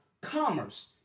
commerce